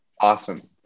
awesome